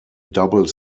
double